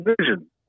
Vision